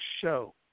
show